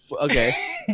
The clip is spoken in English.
Okay